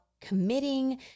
committing